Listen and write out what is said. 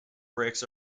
brakes